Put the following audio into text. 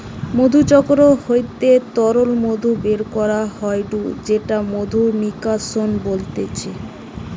মধুচক্র হইতে তরল মধু বের করা হয়ঢু সেটা মধু নিষ্কাশন বলতিছে